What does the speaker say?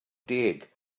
deg